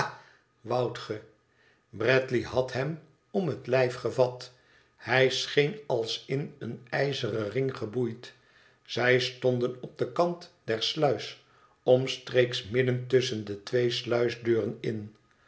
ge bradley had hem om het lijf gevat hij scheen als in een ijzeren ring geboeid zij stonden op den kant der sluis omstreeks midden tusschen de twee sluisdeuren in